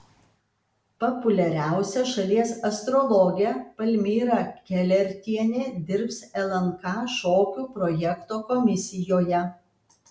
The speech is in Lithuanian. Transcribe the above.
populiariausia šalies astrologė palmira kelertienė dirbs lnk šokių projekto komisijoje